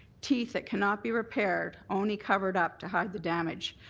teeth that cannot be repaired, only covered up to hide the damage.